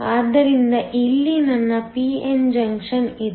ಆದ್ದರಿಂದ ಇಲ್ಲಿ ನನ್ನ p n ಜಂಕ್ಷನ್ ಇದೆ